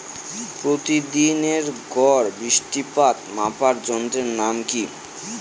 প্রতিদিনের গড় বৃষ্টিপাত মাপার যন্ত্রের নাম কি?